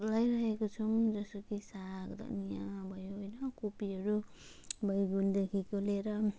लगाइरहेको छौँ जस्तो कि साग अनि यहाँ भयो होइन कोपीहरू बैगुनदेखिको लिएर